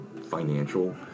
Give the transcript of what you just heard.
financial